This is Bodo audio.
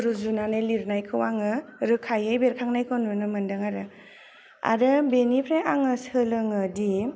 रुजुनानै लेरनायखौ आङो रोखायै बेरखांनायखौ नुनो मोनदों आरो आरो बेनिफ्राय आङो सोलोङोदि